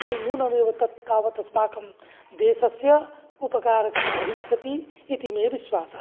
तर्हि नूनमेव तत् तावत् अस्माकं देशस्य उपकारकं भविष्यति इति मे विश्वासः